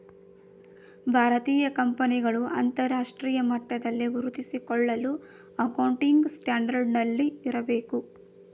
ಭಾರತೀಯ ಕಂಪನಿಗಳು ಅಂತರರಾಷ್ಟ್ರೀಯ ಮಟ್ಟದಲ್ಲಿ ಗುರುತಿಸಿಕೊಳ್ಳಲು ಅಕೌಂಟಿಂಗ್ ಸ್ಟ್ಯಾಂಡರ್ಡ್ ನಲ್ಲಿ ಇರಬೇಕು